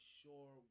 sure